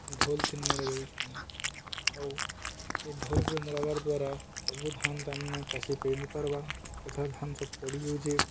ଢୋଲ ତିନ ମଡ଼ ଦଉଚନ୍ ଆଉ ସେ ଢୋଲରେ ମଡ଼ବାର୍ ଦ୍ୱାରା ସବୁ ଧାନ ତାମ୍ନେ ଚାଷୀ ପଇନି ପାର୍ବାାର୍ ତଥା ଧାନ ସବୁ ପଡ଼ିଉଚେ